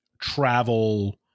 travel